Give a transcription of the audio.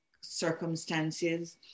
circumstances